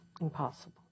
impossible